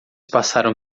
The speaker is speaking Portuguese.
passaram